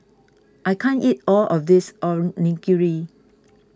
I can't eat all of this Onigiri